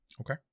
okay